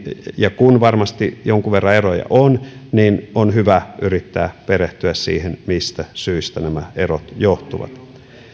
ja kun varmasti jonkun verran eroja on niin on hyvä yrittää perehtyä siihen mistä syistä nämä erot johtuvat